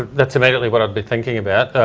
that's immediately what i'd be thinking about.